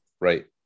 right